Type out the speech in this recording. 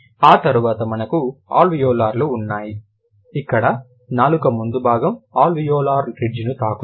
ఆ తరవాత మనకు అల్వియోలార్లు ఉన్నాయి ఇక్కడ నాలుక ముందు భాగం అల్వియోలార్ రిడ్జ్ను తాకుతుంది